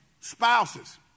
Spouses